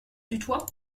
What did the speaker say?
tutoie